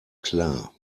klar